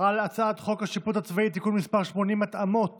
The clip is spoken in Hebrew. על הצעת חוק השיפוט הצבאי (תיקון מס' 80) (התאמות